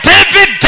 David